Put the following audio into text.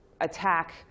attack